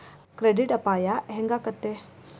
Credit ಅಪಾಯಾ ಹೆಂಗಾಕ್ಕತೇ?